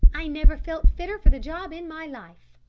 i never felt fitter for the job in my life,